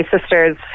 sisters